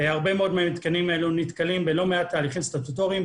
הרבה מאוד מהמתקנים האלה בלא מעט תהליכים סטטוטוריים,